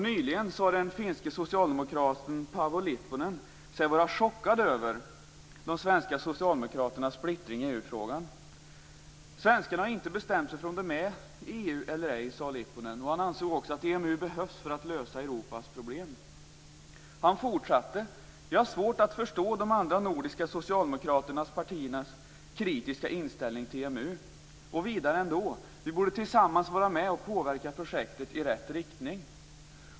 Nyligen sade den finske socialdemokraten Paavo Lipponen sig vara chockerad över de svenska socialdemokraternas splittring i EU-frågan. "Svenskarna har inte bestämt sig för om de är med i EU eller ej" sade Lipponen, som ansåg att EMU behövs för att lösa Europas problem. Han fortsatte: "Jag har svårt att förstå de andra nordiska socialdemokratiska partiernas kritiska inställning till EMU." Vidare sade han: "Vi borde tillsammans vara med och påverka projektet i rätt riktning."